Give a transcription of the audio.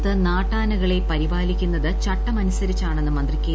രാജു സംസ്ഥാനത്ത് നാട്ടാനകളെ പരീപാലിക്കുന്നത് ചട്ടമനുസരിച്ചാണെന്ന് മന്ത്രി കെ